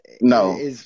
No